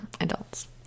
adults